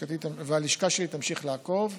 והלשכה שלי תמשיך לעקוב.